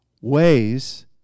ways